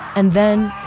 and then,